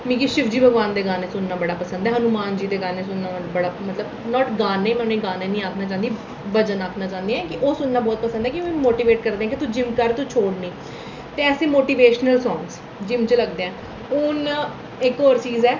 मिगी शिवजी भगोआन दे गाने सुनना बड़ा पसंद ऐ हनुमान जी दे गाने सुनना बड़ा पसंद ऐ नाट गाने बट में उ'नें ई गाने निं आखना चाह्न्नीं भजन आख ना चाह्न्नी आं कि ओह् सुनना बहुत पसंद कि मिगी मोटिवेट करदे कि तू जिम्म कर तू छोड़ निं ते ऐसे मोटिवेशनल सांग जिम्म च लगदे न हून इक होर चीज ऐ